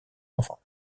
enfants